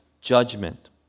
judgment